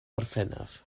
orffennaf